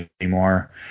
anymore